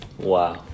Wow